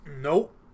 Nope